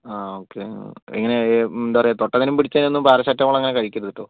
ആഹ് okay ഇങ്ങനെ എന്താ പറയുക തൊട്ടതിനും പിടിച്ചതിനൊന്നും പാരസിറ്റമോൾ അങ്ങനെ കഴിക്കരുത് കേട്ടോ